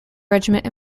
regiment